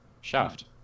shaft